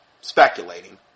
speculating